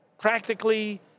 practically